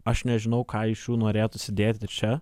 aš nežinau ką iš jų norėtųsi dėti čia